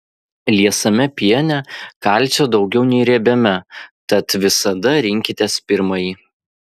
liesame piene kalcio daugiau nei riebiame tad visada rinkitės pirmąjį